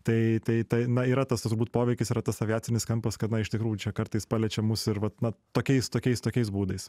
tai tai tai na yra tas turbūt poveikis yra tas aviacinis kampas kad na iš tikrųjų čia kartais paliečia mus ir vat na tokiais tokiais tokiais būdais